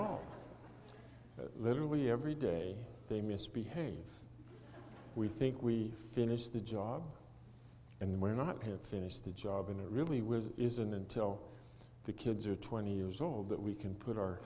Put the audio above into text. all but literally every day they misbehave we think we finish the job and then we're not care to finish the job and it really was isn't until the kids are twenty years old that we can put our